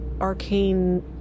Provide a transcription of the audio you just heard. arcane